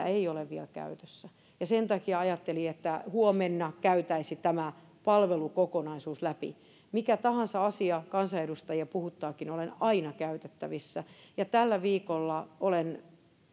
ei ole vielä käytössä sen takia ajattelin että huomenna käytäisiin tämä palvelukokonaisuus läpi mikä tahansa asia kansanedustajia puhuttaakin olen aina käytettävissä ja tällä viikolla olen